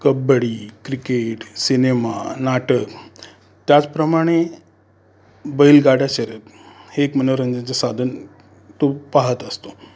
kabaddi cricket cinema नाटक त्याचप्रमाणे बैलगाड्या शर्यत हे एक मनोरंजनाचं साधन तो पहात असतो